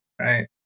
right